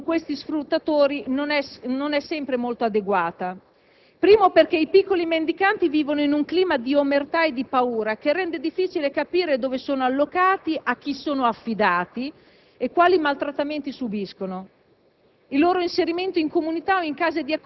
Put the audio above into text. spesso la repressione contro questi sfruttatori non è sempre molto adeguata, in primo luogo, perché i piccoli mendicanti vivono in un clima di omertà e di paura che rende difficile capire dove sono allocati, a chi sono affidati e quali maltrattamenti subiscono.